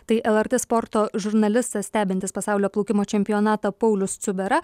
tai lrt sporto žurnalistas stebintis pasaulio plaukimo čempionatą paulius cubera